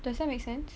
does that make sense